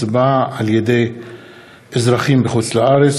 הצבעה על-ידי אזרחים בחוץ-לארץ),